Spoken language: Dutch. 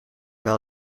wel